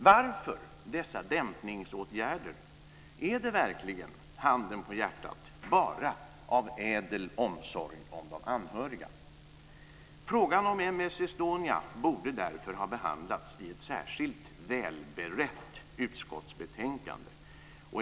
Varför dessa dämpningsåtgärder? Är det verkligen, handen på hjärtat, bara av ädel omsorg om de anhöriga? Frågan om M/S Estonia borde därför ha behandlats i ett särskilt, välberett, utskottsbetänkande.